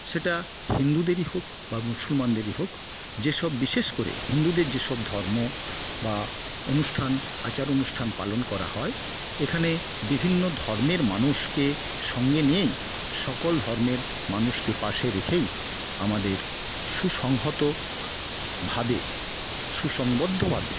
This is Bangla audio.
সেটা হিন্দুদেরই হোক বা মুসলমানদেরই হোক যেসব বিশেষ করে হিন্দুদের যেসব ধর্ম অনুষ্ঠান আচার অনুষ্ঠান পালন করা হয় এখানে বিভিন্ন ধর্মের মানুষকে সঙ্গে নিয়েই সকল ধর্মের মানুষকে পাশে রেখেই আমাদের সুসংহতভাবে সুসংবদ্ধভাবে